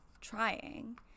trying